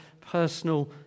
personal